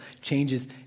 changes